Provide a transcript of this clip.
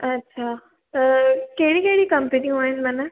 अच्छा त कहिड़ी कहिड़ी कम्पनियूं आहिनि मना